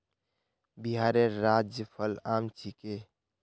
बिहारेर राज्य फल आम छिके